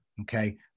Okay